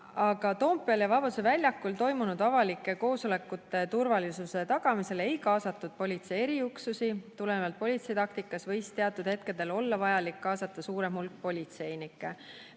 Aga Toompeal ja Vabaduse väljakul toimunud avalike koosolekute turvalisuse tagamisse ei kaasatud politsei eriüksusi. Tulenevalt politsei taktikast võis teatud hetkedel olla vajalik kaasata suurem hulk politseinikke.